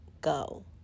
go